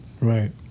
Right